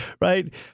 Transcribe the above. Right